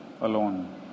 alone